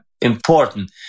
important